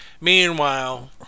Meanwhile